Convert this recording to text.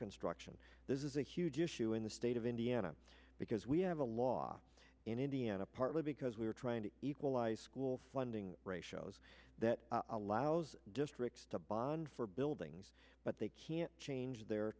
construction this is a huge issue in the state of indiana because we have a law in indiana partly because we're trying to equalize school funding ratios that allows districts to bond for buildings but they can't change their